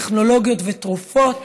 טכנולוגיות ותרופות.